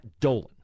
Dolan